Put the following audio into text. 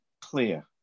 clear